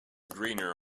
greener